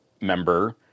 member